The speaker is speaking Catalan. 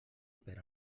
per